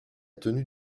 tenue